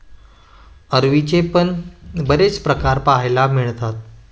अरवीचे पण बरेच प्रकार पाहायला मिळतात